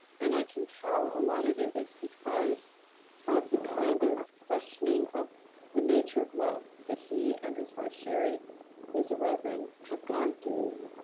and i can tell a lot of that is because of the kind of questioning of the nature of love that he and his wife, sherry who's a reverend have gone through.